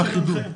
מה החידוד?